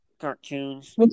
cartoons